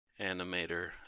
animator